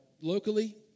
locally